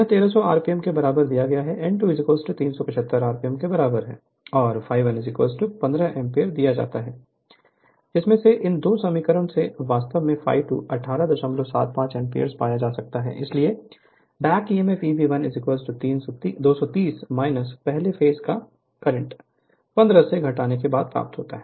Refer Slide Time 1729 यह 1 300 rpm के बराबर दिया गया है n2 375 rpm के बराबर है और ∅1 15 एम्पीयर दिया जाता है जिसमें से इन 2 समीकरणों से वास्तव में ∅2 1875 एम्पीयर पाया जा सकता है इसलिएबैक Emf Eb1 230 पहले फेस का करंट 15 से घटाने पर प्राप्त होगा